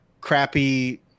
crappy